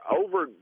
over